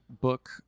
book